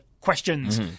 questions